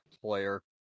player